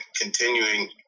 continuing